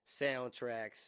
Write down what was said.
soundtracks